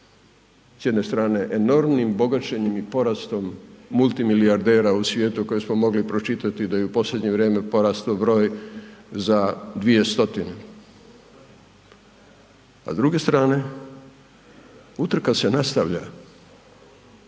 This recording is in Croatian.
s jedne strane enormnim bogaćenjem i porastom multimilijardera u svijetu koje smo mogli pročitati da je u posljednje vrijeme porastao broj za 2 stotine. A s druge strane, utrka se nastavlja.